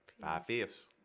Five-fifths